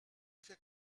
fait